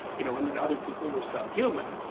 you know and that other people were subhuman.